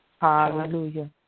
Hallelujah